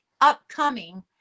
upcoming